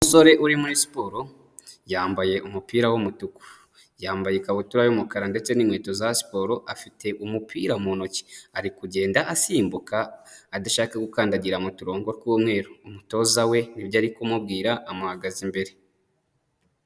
Umusore uri muri siporo yambaye umupira w'umutuku, yambaye ikabutura y'umukara ndetse n'inkweto za siporo, afite umupira mu ntoki, ari kugenda asimbuka adashaka gukandagira mu turongo tw'umweru, umutoza we nibyo ari kumubwira, amuhagaze imbere.